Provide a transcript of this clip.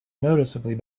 noticeably